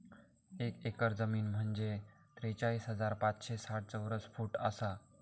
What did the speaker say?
एक एकर जमीन म्हंजे त्रेचाळीस हजार पाचशे साठ चौरस फूट आसा